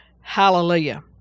Hallelujah